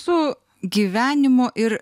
su gyvenimo ir